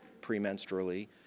premenstrually